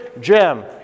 Jim